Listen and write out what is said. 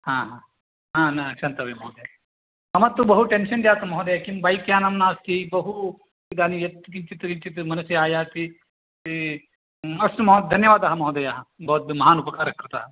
हा हा हा न क्षन्तव्यं महोदय मम तु बहु टेन्शन् जातं महोदय किं बैक्यानं नास्ति बहु इदानीं यत् किञ्चित् किञ्चित् मनसि आयाति अस्तु महो धन्यवादः महोदय भवद्भिः महान् उपकारः कृतः